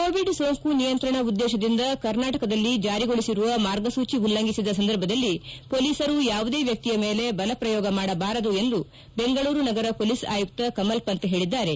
Covid ಸೋಂಕು ನಿಯಂತ್ರಣ ಉದ್ದೇಶದಿಂದ ಕರ್ನಾಟಕದಲ್ಲಿ ಜಾರಿಗೊಳಿಸಿರುವ ಮಾರ್ಗಸೂಚಿ ಉಲ್ಲಂಘಿಸಿದ ಸಂದರ್ಭದಲ್ಲಿ ಪೊಲೀಸರು ಯಾವುದೇ ವ್ಯಕ್ತಿಯ ಮೇಲೆ ಬಲ ಪ್ರಯೋಗ ಮಾಡಬಾರದು ಎಂದು ಬೆಂಗಳೂರು ನಗರ ಪೊಲೀಸ್ ಆಯುಕ್ತ ಕಮಲ್ ಪಂತ್ ಹೇಳಿದ್ದಾರೆ